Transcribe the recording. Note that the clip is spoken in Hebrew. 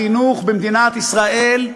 בחינוך במדינת ישראל,